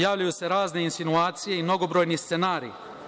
Javljaju se razne insinuacije i mnogobrojni scenariji.